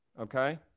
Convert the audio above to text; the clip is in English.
okay